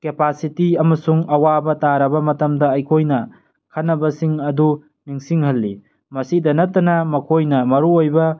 capacity ꯑꯃꯁꯨꯡ ꯑꯋꯥꯕ ꯇꯥꯔꯕ ꯃꯇꯝꯗ ꯑꯩꯈꯣꯏꯅ ꯈꯟꯅꯕꯁꯤꯡ ꯑꯗꯨ ꯅꯤꯡꯁꯤꯡꯍꯜꯂꯤ ꯃꯁꯤꯗ ꯅꯠꯇꯅ ꯃꯈꯣꯏꯅ ꯃꯔꯨ ꯑꯣꯏꯕ